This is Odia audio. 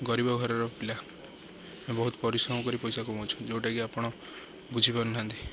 ଗରିବ ଘରର ପିଲା ବହୁତ ପରିଶ୍ରମ କରି ପଇସା କମାଉଛୁ ଯେଉଁଟାକି ଆପଣ ବୁଝି ପାରୁନାହାନ୍ତି